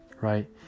right